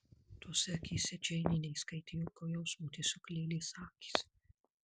tose akyse džeinė neįskaitė jokio jausmo tiesiog lėlės akys